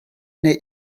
neu